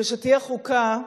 כשתהיה חוקה,